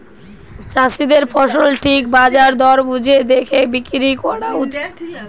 চাষীদের ফসল ঠিক বাজার দর বুঝে দেখে বিক্রি কোরা উচিত